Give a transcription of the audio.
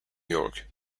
york